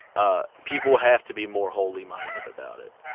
ah people have to be more wholly minded about it,